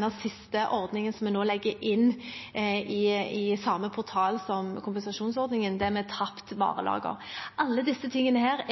den siste ordningen som vi nå legger inn i den samme portalen som kompensasjonsordningen, som gjelder tapt varelager. Alt dette